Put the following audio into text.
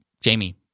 Jamie